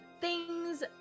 thing's